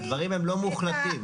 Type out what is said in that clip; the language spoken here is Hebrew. הדברים הם לא מוחלטים.